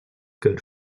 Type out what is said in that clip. good